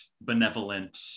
benevolent